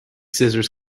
scissors